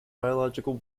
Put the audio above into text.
biological